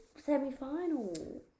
semi-final